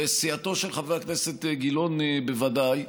וסיעתו של חבר הכנסת גילאון בוודאי,